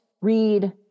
read